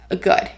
good